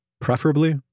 preferably